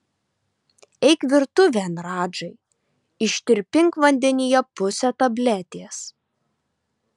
eik virtuvėn radžai ištirpink vandenyje pusę tabletės